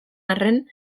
arren